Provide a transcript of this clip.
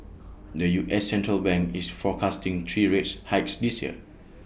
the U S central bank is forecasting three rates hikes this year